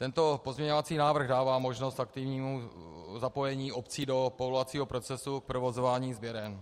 Tento pozměňovací návrh dává možnost aktivnímu zapojení obcí do povolovacího procesu k provozování sběren.